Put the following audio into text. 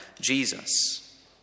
Jesus